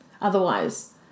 otherwise